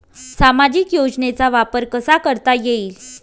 सामाजिक योजनेचा वापर कसा करता येईल?